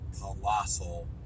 colossal